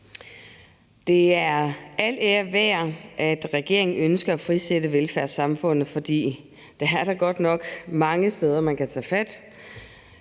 Det er al ære værd, at regeringen ønsker at frisætte velfærdssamfundet, for der er da godt nok mange steder, man kan tage fat.